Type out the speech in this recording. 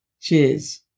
cheers